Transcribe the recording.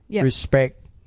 respect